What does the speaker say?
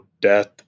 death